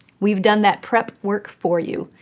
we've done that prep work for you,